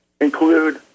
include